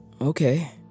Okay